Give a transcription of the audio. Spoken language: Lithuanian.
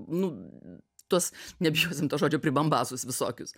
nu tuos nebijosim to žodžio pribombasus visokius